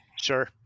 Sure